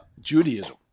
Judaism